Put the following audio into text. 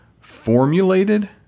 formulated